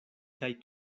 kaj